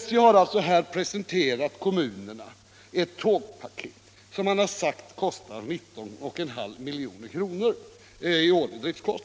SJ har presenterat kommunerna ett tågpaket, där den årliga driftkostnaden uppgår till 19,5 milj.kr.